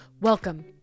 Welcome